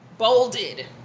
bolded